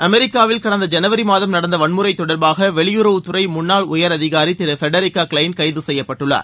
அமெரிக்காவில் கடந்த ஜனவரி மாதம் நடந்த வன்முறை தொடர்பாக வெளியுறவுத்துறை முன்னாள் உயர் அதிகாரி திரு ஃபெடரிகோ கிளெயின் கைது செய்யப்பட்டுள்ளார்